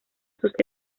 sus